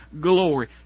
glory